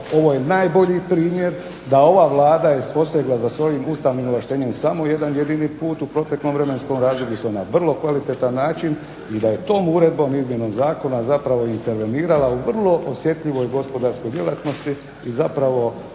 ovo je najbolji primjer da ova Vlada je posegla za svojim ustavnim ovlaštenjem samo jedan jedini put u proteklom vremenskom razdoblju i to na vrlo kvalitetan način. I da je tom uredbom, izmjenom zakona zapravo intervenirala u vrlo osjetljivoj gospodarskoj djelatnosti i zapravo